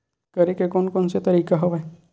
करे के कोन कोन से तरीका हवय?